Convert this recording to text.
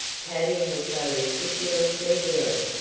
tavia was so ridiculously daring!